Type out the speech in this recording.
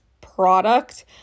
product